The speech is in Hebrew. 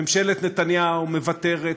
ממשלת נתניהו מוותרת,